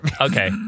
Okay